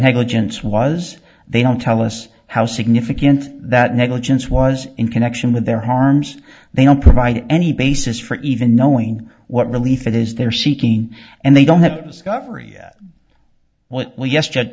negligence was they don't tell us how significant that negligence was in connection with their harms they don't provide any basis for even knowing what relief it is they're seeking and they don't have discovery yet well yes j